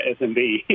SMB